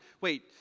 wait